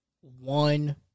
One